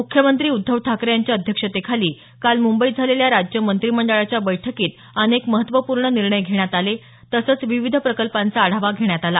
मुख्यमंत्री उद्धव ठाकरे यांच्या अध्यक्षतेखाली काल मुंबईत झालेल्या राज्य मंत्रिमंडळाच्या बैठकीत अनेक महत्वपूर्ण निर्णय घेण्यात आले तसंच विविध प्रकल्पांचा आढावा घेण्यात आला